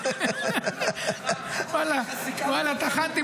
שמירות לא טחנת, אז לפחות לילות תטחן.